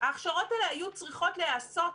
ההכשרות האלה היו צריכות להיעשות.